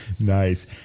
Nice